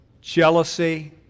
Jealousy